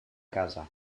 casa